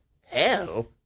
Hell